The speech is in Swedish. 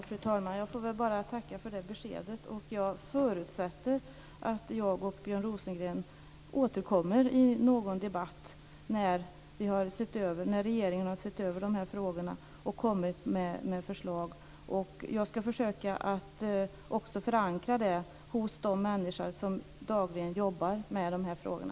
Fru talman! Jag får väl bara tacka för det beskedet. Jag förutsätter att jag och Björn Rosengren återkommer i en debatt när regeringen har sett över de här frågorna och har lagt fram förslag. Jag skall försöka förankra detta hos de människor som dagligen jobbar med de här frågorna.